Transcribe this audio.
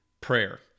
prayer